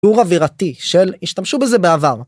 תיאור אווירתי של השתמשו בזה בעבר.